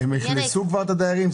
הם כבר אכלסו את הדיירים?